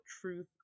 truth